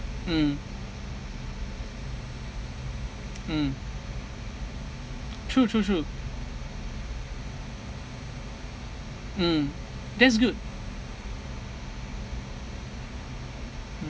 mm mm true true true mm that's good